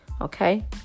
Okay